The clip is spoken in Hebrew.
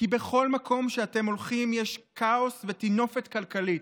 כי בכל מקום שאתם הולכים יש כאוס וטינופת כלכלית.